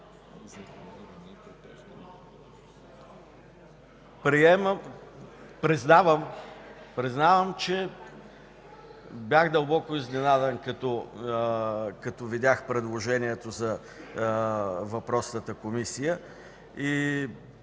Признавам, че бях дълбоко изненадан като видях предложението за въпросната Комисия.